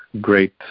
great